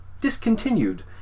discontinued